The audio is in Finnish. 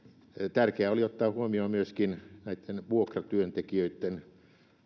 tärkeää oli ottaa huomioon myöskin vuokratyöntekijöitten